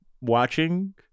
watching